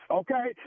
okay